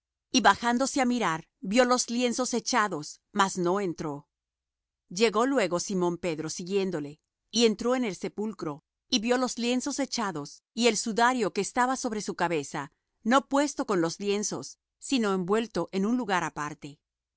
y bajándose á mirar vió los lienzos echados mas no entró llegó luego simón pedro siguiéndole y entró en el sepulcro y vió los lienzos echados y el sudario que había estado sobre su cabeza no puesto con los lienzos sino envuelto en un lugar aparte